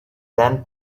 then